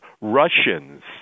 Russians